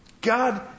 God